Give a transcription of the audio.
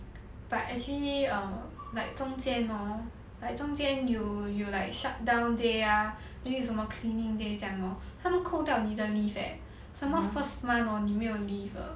but actually um like 中间 hor like 中间有有 like shutdown day ah then 有什么 cleaning day 这样 lor 他们扣掉你的 leave eh some more first month hor 你没有 leave 的